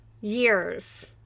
years